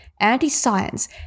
anti-science